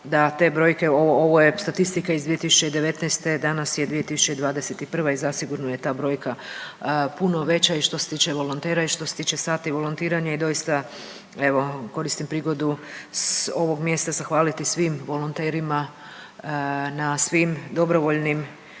da te brojke, ovo je statistika iz 2019., danas je 2021. i zasigurno je ta brojka puno veća i što se tiče volontera i što se tiče sati volontiranja i doista evo koristim prigodu s ovog mjesta zahvaliti svim volonterima na svim dobrovoljnim